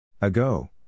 Ago